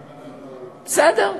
בסדר.